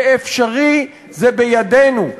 זה אפשרי, זה בידינו.